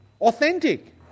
Authentic